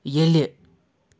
ییٚلہِ